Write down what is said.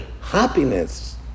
happiness